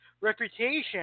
reputation